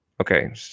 okay